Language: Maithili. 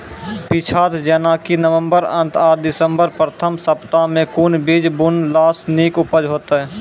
पीछात जेनाकि नवम्बर अंत आ दिसम्बर प्रथम सप्ताह मे कून बीज बुनलास नीक उपज हेते?